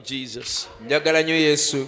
Jesus